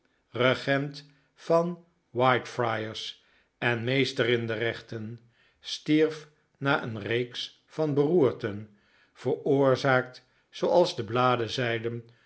regent van white friars en meester in de rechten stierf na een reeks van beroerten veroor zaakt zooals de bladen zeiden